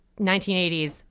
1980s